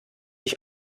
ich